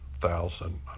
Thousand